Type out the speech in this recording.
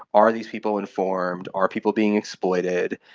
are these people informed, are people being exploited,